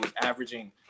averaging